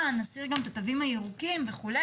יותר ונסיר גם את התווים הירוקים וכו',